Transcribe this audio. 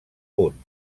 punt